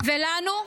ולנו?